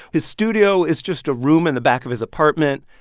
his studio is just a room in the back of his apartment.